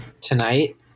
tonight